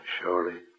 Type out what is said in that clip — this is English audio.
Surely